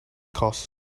cost